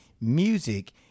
music